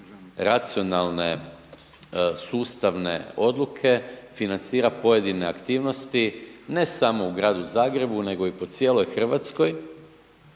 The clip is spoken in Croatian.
racionalne, sustavne odluke financira pojedine aktivnosti, ne samo u Gradu Zagrebu nego i po cijeloj Hrvatskoj,